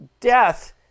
death